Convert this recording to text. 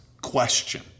question